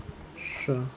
sure